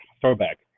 throwback